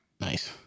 nice